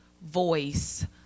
voice